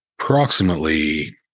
Approximately